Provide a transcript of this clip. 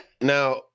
Now